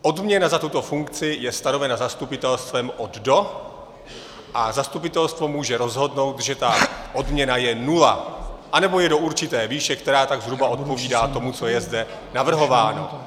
Odměna za tuto funkci je stanovena zastupitelstvem od do a zastupitelstvo může rozhodnout, že ta odměna je nula, anebo je do určité výše, která tak zhruba odpovídá tomu, co je zde navrhováno.